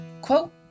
quote